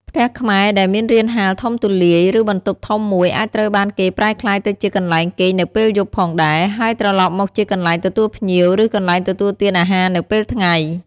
ផ្ទះខ្មែរដែលមានរានហាលធំទូលាយ ឬបន្ទប់ធំមួយ អាចត្រូវបានគេប្រែក្លាយទៅជាកន្លែងគេងនៅពេលយប់ផងដែរ ហើយត្រឡប់មកជាកន្លែងទទួលភ្ញៀវ ឬកន្លែងទទួលទានអាហារនៅពេលថ្ងៃ។។